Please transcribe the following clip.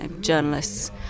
journalists